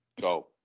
go